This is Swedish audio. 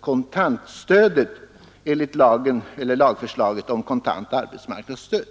kontantstödet enligt lagen om kontant arbetsmarknadsstöd.